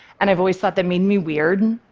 and i've always thought that made me weird.